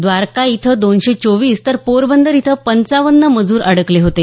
द्वारका इथं दोनशे चोवीस तर पोरबंदर इथं पंचावन्न मजूर अडकले होते